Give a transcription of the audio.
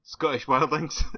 Scottishwildlings